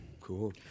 cool